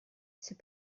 c’est